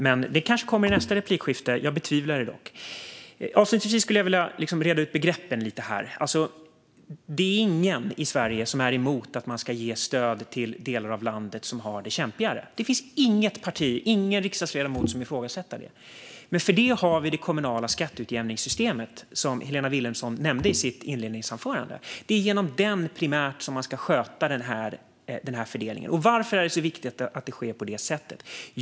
Svaret kanske kommer i nästa replik - jag betvivlar det dock. Avslutningsvis skulle jag vilja reda ut begreppen lite. Det är ingen i Sverige som är emot att man ska ge stöd till delar av landet som har det kämpigare. Det finns inget parti och ingen riksdagsledamot som ifrågasätter det. Men för det har vi det kommunala skatteutjämningssystemet, som Helena Vilhelmsson nämnde i sitt inledningsanförande. Det är primärt genom det systemet man ska sköta den här fördelningen. Varför är det då så viktigt att det sker på det sättet?